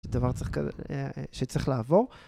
זה דבר שצריך כרגע... אה... שצריך לעבור.